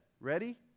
Ready